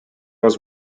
was